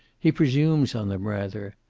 he presumes on them, rather.